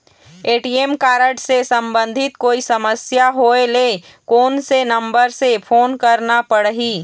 ATM card से संबंधित कोई समस्या होय ले, कोन से नंबर से फोन करना पढ़ही?